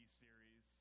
series